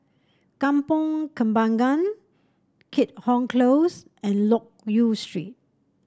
Kampong Kembangan Keat Hong Close and Loke Yew Street